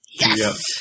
Yes